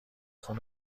خون